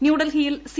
ന്യൂഡൽഹിയിൽ സി